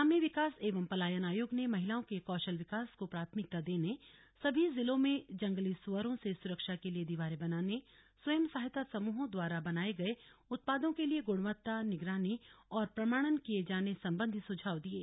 ग्राम्य विकास एवं पलायन आयोग ने महिलाओं के कौशल विकास को प्राथमिकता देने सभी जिलों में जंगली सूअरों से सुरक्षा के लिए दीवारें बनाने स्वयं सहायता समूहों द्वारा बनाए गए उत्पादों के लिए गुणवत्ता निगरानी और प्रमाणन किये जाने संबंधी सुझाव दिये